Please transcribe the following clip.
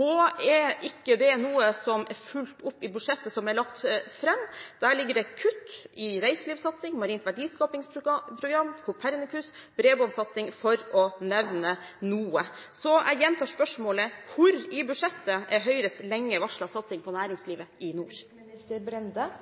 er ikke det noe som er fulgt opp i budsjettet som er lagt fram. Der ligger det kutt i reiselivssatsing, marint verdiskapingsprogram, Copernicus og bredbåndsatsing for å nevne noe. Så jeg gjentar spørsmålet: Hvor i budsjettet er Høyres lenge varslede satsing på næringslivet i